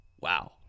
wow